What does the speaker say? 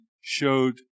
showed